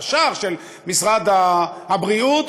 הישר של משרד הבריאות,